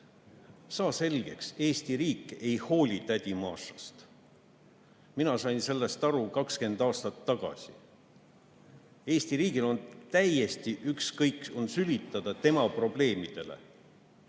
Saa selgeks, et Eesti riik ei hooli tädi Mašast! Mina sain sellest aru 20 aastat tagasi. Eesti riigil on täiesti ükskõik, ta sülitab tema probleemidele.